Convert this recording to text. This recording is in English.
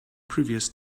previous